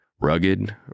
Rugged